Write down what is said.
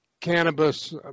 Cannabis